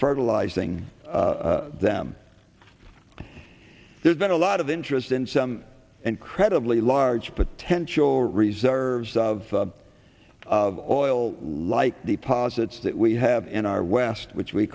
fertilizing them there's been a lot of interest in some and credibly large potential reserves of of oil like deposits that we have in our west which we